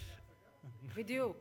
כן, בדיוק,